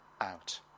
out